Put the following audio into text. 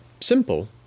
simple